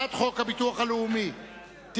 הצעת חוק הביטוח הלאומי (תיקון,